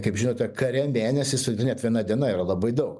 kaip žinote kare mėnesis ir net viena diena yra labai daug